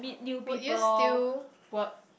would you still work